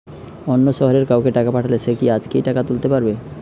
অন্য শহরের কাউকে টাকা পাঠালে সে কি আজকেই টাকা তুলতে পারবে?